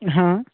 ହଁ